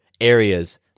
areas